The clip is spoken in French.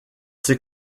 ses